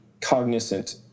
cognizant